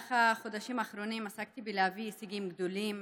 במהלך החודשים האחרונים עסקתי בלהביא הישגים גדולים,